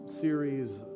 series